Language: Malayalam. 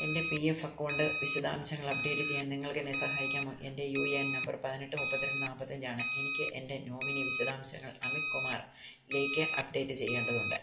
എൻ്റെ പി എഫ് അക്കൗണ്ട് വിശദാംശങ്ങൾ അപ്ഡേറ്റ് ചെയ്യാൻ നിങ്ങൾക്കെന്നെ സഹായിക്കാമോ എൻ്റെ യു എ എൻ നമ്പർ പതിനെട്ട് മുപ്പത്തി രണ്ട് നാൽപ്പത്തഞ്ചാണ് എനിക്ക് എൻ്റെ നോമിനി വിശദാംശങ്ങൾ അമിത് കുമാർ ലേക്ക് അപ്ഡേറ്റ് ചെയ്യേണ്ടതുണ്ട്